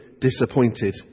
disappointed